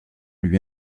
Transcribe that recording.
lui